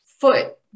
foot